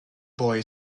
boy